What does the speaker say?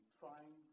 trying